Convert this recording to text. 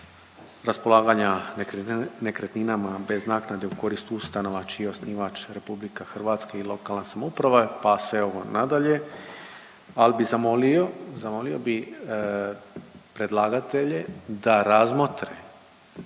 raspolaganja nekretninama bez naknade u korist ustanova čiji je osnivač RH i lokalna samouprava pa sve ovo nadalje ali bi zamolio, zamolio bi predlagatelje da razmotre